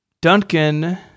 duncan